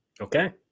Okay